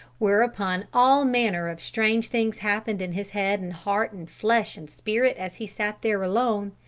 whereupon all manner of strange things happened in his head and heart and flesh and spirit as he sat there alone,